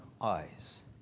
eyes